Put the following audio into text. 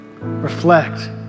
reflect